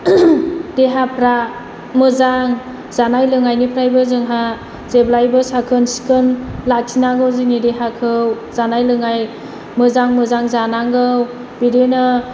देहाफ्रा मोजां जालाय लोंनायनिफ्रायबो जोंहा जेब्लायबो साखोन सिखोन लाखिनांगौ जोंनि देहाखौ जानाय लोंनाय मोजां मोजां जानांगौ बिदिनो